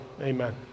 Amen